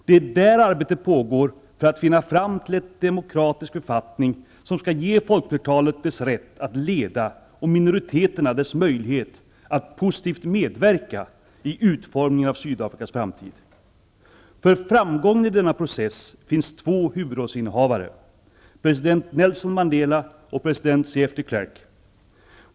Det är där arbetet pågår för att finna fram till en demokratisk författning som skall ge folkflertalet dess rätt att leda och minoriteterna deras möjlighet att positivt medverka i utformningen av För framgången i denna process finns två huvudrollsinnehavare, president Nelson Mandela och president F.W. de Klerk.